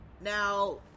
Now